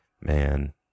man